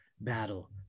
battle